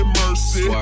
mercy